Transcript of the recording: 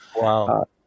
Wow